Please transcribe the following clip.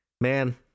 man